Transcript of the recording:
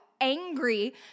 angry